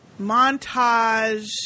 montage